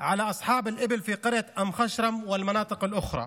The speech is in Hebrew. צווי הריסה בסיטונאות ביומיים האחרונים,